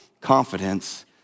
confidence